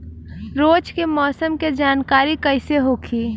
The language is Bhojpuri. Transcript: रोज के मौसम के जानकारी कइसे होखि?